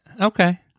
Okay